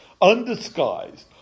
undisguised